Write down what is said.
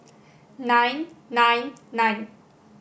nine nine nine